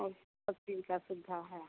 और सब चीज़ की सुविधा है